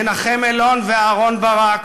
מנחם אלון ואהרן ברק,